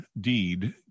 deed